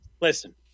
listen